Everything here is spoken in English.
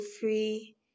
free